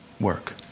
work